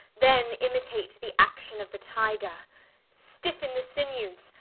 then imitate the action of the tyger stiffen the sinewes,